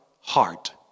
heart